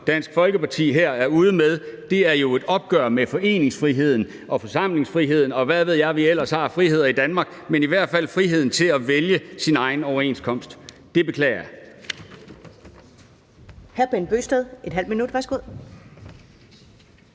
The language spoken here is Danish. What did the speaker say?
Dansk Folkeparti her er ude med, er et opgør med foreningsfriheden og forsamlingsfriheden, og hvad vi ellers har af friheder i Danmark, men i hvert fald friheden til at vælge sin egen overenskomst. Det beklager jeg.